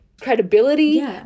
credibility